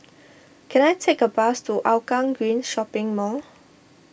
can I take a bus to Hougang Green Shopping Mall